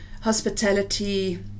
hospitality